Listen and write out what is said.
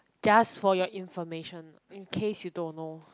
just for your information in case you don't know